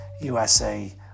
USA